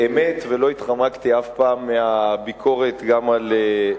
אמת, ולא התחמקתי אף פעם מהביקורת גם על,